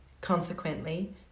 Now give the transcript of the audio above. Consequently